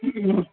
हम्म